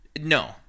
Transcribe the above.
No